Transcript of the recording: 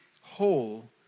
whole